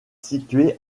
situé